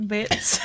Bits